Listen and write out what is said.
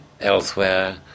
elsewhere